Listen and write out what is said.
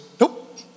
nope